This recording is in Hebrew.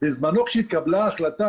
בזמנו כשהתקבלה ההחלטה,